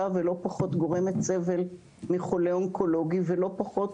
ולא פחות גורמת סבל מחולה אונקולוגי ולא פחות